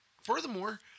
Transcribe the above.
furthermore